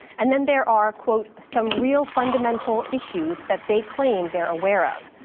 and then there are quote some real fundamental issues that they claim they're aware of.